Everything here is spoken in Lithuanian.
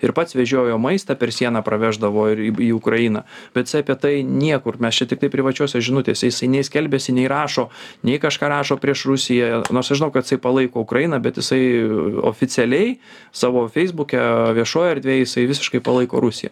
ir pats vežiojo maistą per sieną praveždavo ir į ukrainą bet jisai apie tai niekur mes čia tiktai privačiose žinutėse jisai nei skelbiasi nei rašo nei kažką rašo prieš rusiją nors aš žinau kad jisai palaiko ukrainą bet jisai oficialiai savo feisbuke viešoj erdvėj jisai visiškai palaiko rusiją